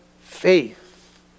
faith